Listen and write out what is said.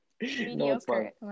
Mediocre